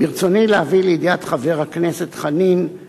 ברצוני להביא לידיעת חבר הכנסת חנין את